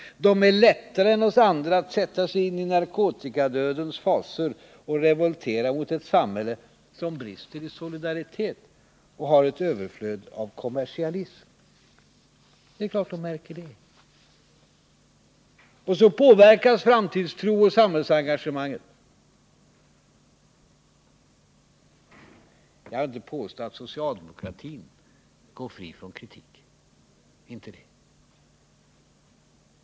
De har lättare än vi andra att sätta sig in i narkotikadödens fasor och revolterar mot ett samhälle som brister i solidaritet och har ett överflöd av kommersialism. Det är klart att de märker detta, och så påverkas framtidstro och samhällsengagemang. Jag vill inte påstå att socialdemokratin går fri från kritik, det gör den inte.